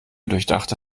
durchdachte